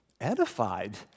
edified